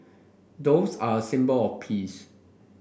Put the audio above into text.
doves are a symbol of peace